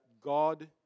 God